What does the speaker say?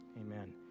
Amen